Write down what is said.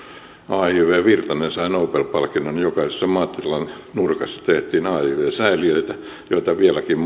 yhden virtanen sai nobel palkinnon ja jokaisessa maatilan nurkassa tehtiin aiv säiliöitä joita vieläkin